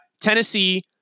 Tennessee